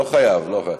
לא חייבים.